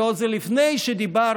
וזה עוד לפני שדיברנו,